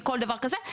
מכל דבר כזה,